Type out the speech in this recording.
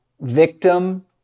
victim